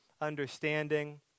understanding